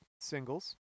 singles